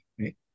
right